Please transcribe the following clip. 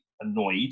annoyed